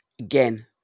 Again